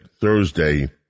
Thursday